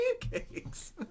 pancakes